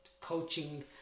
coaching